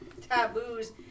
taboos